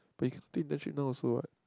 but you can take internship now also what